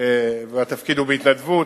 ומילוי התפקיד הוא בהתנדבות.